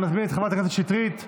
אני מזמין את חברת הכנסת שטרית להשיב.